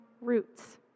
roots